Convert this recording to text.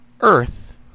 Earth